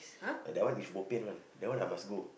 uh that one is bobian one that one I must go